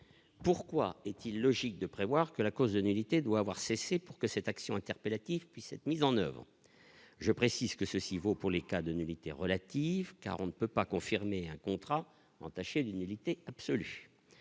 pourquoi est-il logique de prévoir que la cause de nullité doit avoir cessé pour que cette action interpellative puissent être mises en oeuvre, je précise que ceci vaut pour les cas de nullité relative car on ne peut pas confirmer un contrat entaché d'une nullité absolue,